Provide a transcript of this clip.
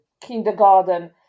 kindergarten